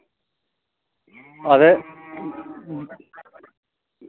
ते